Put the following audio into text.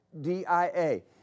D-I-A